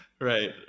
right